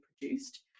produced